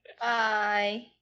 Bye